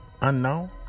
unknown